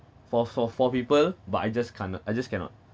for for for people but I just cannot I just cannot